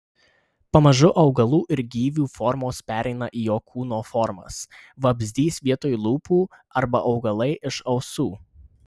pamažu augalų ir gyvių formos pereina į jo kūno formas vabzdys vietoj lūpų arba augalai iš ausų